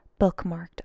bookmarked